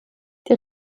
die